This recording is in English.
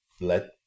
let